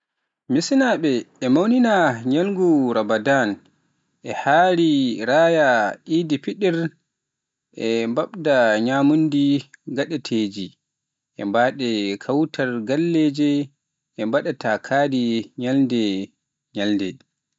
Malaysinaaɓe e mawnina ñalngu Ramadaan e Hari Raya Aidilfitri, ina mbaɗa ñaamduuji gaadanteeji, ina mbaɗa kawral galleeji, ina mbaɗa kadi ñalɗi.